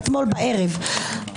עוד שנים קדימה אם השלטון יהיה אחרת,